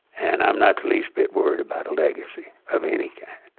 and i'm not the least bit worried about a legacy of any kind